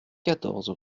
quatorze